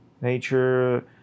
nature